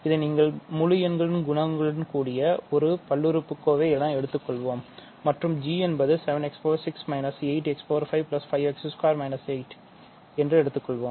இதை நீங்கள் முழு எண் குணகங்களுடன் கூடிய ஒரு பல்லுறுப்புக்கோவை என்று எடுத்துக்கொள்வோம் மற்றும் g என்பது 7 x 6 8 x 5 5 x 2 8 என்று எடுத்துக்கொள்வோம்